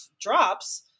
drops